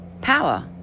Power